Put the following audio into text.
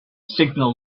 signal